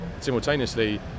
simultaneously